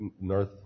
North